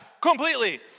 completely